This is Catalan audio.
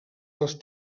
les